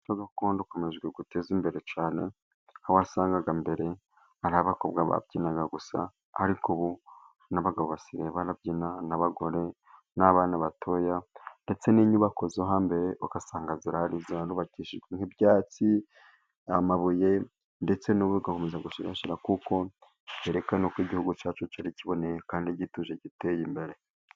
Umuco gakundo ukomeje gutezwa imbere cyane, aho wasangaga mbere ari abakobwa babyinaga gusa, ariko ubu n'abagabo basigaye babyina n'abagore n'abana batoya, ndetse n'inyubako zo hambere ugasanga zirahari zarubakishijwe nk'ibyatsi, amabuye ndetse nubu bagakomeza kuzisigasira kuko zerekana, uko igihugu cyacu cyari kiboneye kandi gituje giteye imbere.